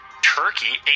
Turkey